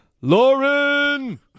Lauren